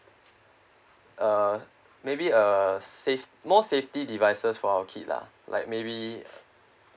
uh maybe a safety more safety devices for our kid lah like maybe